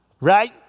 Right